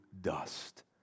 dust